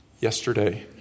yesterday